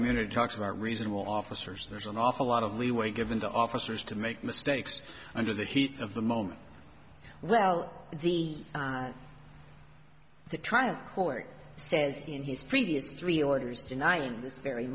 immunity talks about reasonable officers there's an awful lot of leeway given the officers to make mistakes under the heat of the moment well the the trial court says in his previous three orders denying